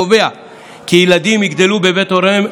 קובע כי ילדים יגדלו בבית הוריהם,